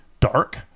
Dark